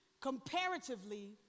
comparatively